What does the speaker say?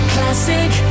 Classic